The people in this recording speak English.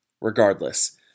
Regardless